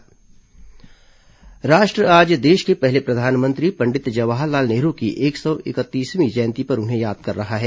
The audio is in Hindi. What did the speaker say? पंडित नेहरू जयंती राष्ट्र आज देश के पहले प्रधानमंत्री पंडित जवाहरलाल नेहरू की एक सौ इकतीसवीं जयंती पर उन्हें याद कर रहा है